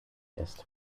ist